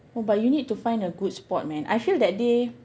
oh but you need to find a good spot man I feel that day